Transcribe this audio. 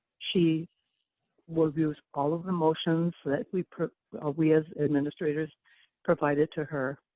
she reviews all of the motions that we we as administrators provided to her.